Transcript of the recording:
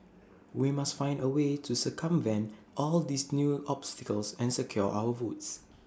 we must find A way to circumvent all these new obstacles and secure our votes